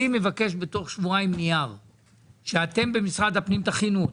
אני מבקש בתוך שבועיים נייר שאתם במשרד הפנים תכינו אותו.